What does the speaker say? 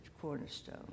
cornerstone